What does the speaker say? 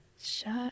Shut